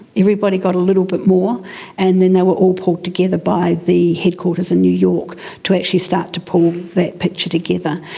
everybody got a little bit more and then they were all pulled together by the headquarters in new york to actually start to pull that picture together.